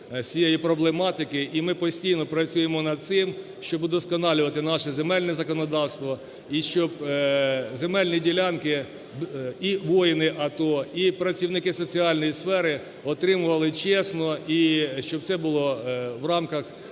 і ми постійно працюємо над цим, щоб удосконалювати наше земельне законодавство, і щоб земельні ділянки і воїни АТО, і працівники соціальної сфери отримували чесно, і щоб це було в рамках діючого